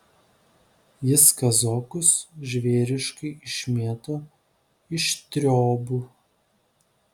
jis kazokus žvėriškai išmėto iš triobų